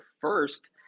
first